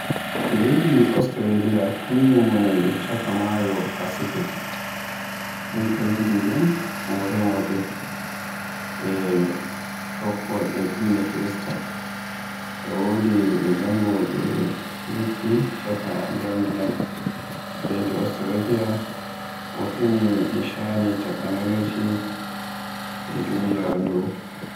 Leydi Australia kanjum woni chaaka maayo Pacific, yimɓe leydi nden un remowoɓe, e tikkoɓe dina kirista. E wodi be jangowoɓe liɗɗi chaaka nder ndiyam. Leydi Australia woɗɗini e shaanin takanaloji e duniyaaru ndu.